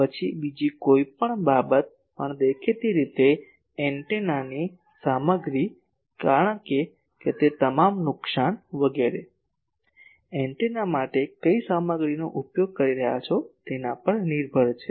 પછી બીજી કોઈ પણ બાબત પણ દેખીતી રીતે એન્ટેનાની સામગ્રી કારણ કે તે તમામ નુકસાન વગેરે એન્ટેના માટે કઈ સામગ્રીનો ઉપયોગ કરી રહ્યા છો તેના પર નિર્ભર છે